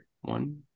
One